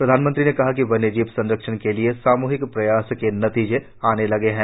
प्रधानमंत्री ने कहा कि वन्यजीव संरक्षण के लिए सामूहिक प्रयास के नतीजे आने लगे हैं